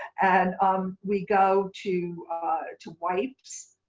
and um we go to to wipes,